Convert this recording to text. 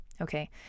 Okay